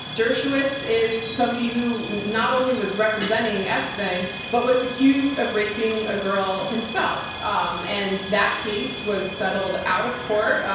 dershowitz is somebody who not only was representing epstein, but was accused of raping a girl himself, um and that case was settled out of court.